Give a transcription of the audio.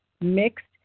mixed